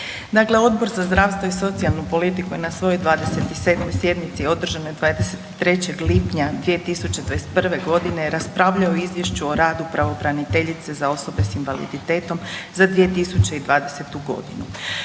Odbor za zdravstvo i socijalnu politiku je na svojoj 27. sjednici održanoj 23. lipnja 2021. godine raspravljao o Izvješću o radu pravobraniteljice za osobe s invaliditetom za 2020. godinu